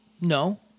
no